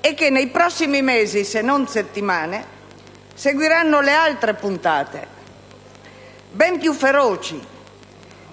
e nei prossimi mesi, se non settimane, seguiranno le altre puntate ben più feroci,